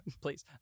please